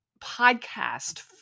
podcast